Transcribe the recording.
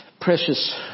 Precious